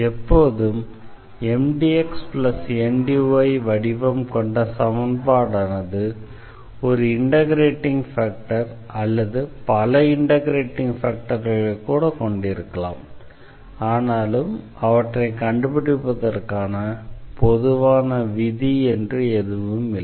எப்போதும் Mdx Ndy வடிவம் கொண்ட சமன்பாடானது ஒரு இண்டெக்ரேட்டிங் ஃபேக்டர் அல்லது பல இண்டெக்ரேட்டிங் ஃபேக்டர்களை கூட கொண்டிருக்கலாம் ஆனாலும் அவற்றைக் கண்டுபிடிப்பதற்கான பொதுவான விதி எதுவும் இல்லை